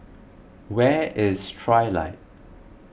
where is Trilight